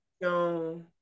No